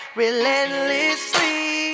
relentlessly